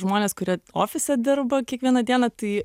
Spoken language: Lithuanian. žmonės kurie ofise dirba kiekvieną dieną tai